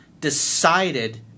decided